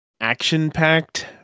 Action-packed